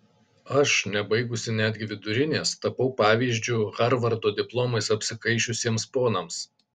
aš nebaigusi netgi vidurinės tapau pavyzdžiu harvardo diplomais apsikaišiusiems ponams